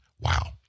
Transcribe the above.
Wow